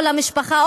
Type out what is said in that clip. או למשפחה,